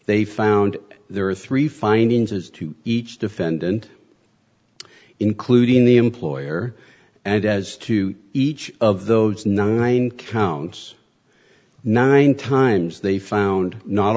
they found there were three findings as to each defendant including the employer and as to each of those nine counts nine times they found not